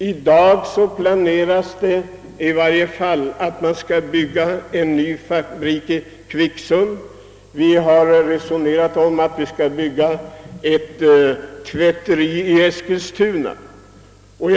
I dag planeras en ny fabrik i Kvicksund, och vi har resonerat om att bygga ett tvätteri i Eskilstuna.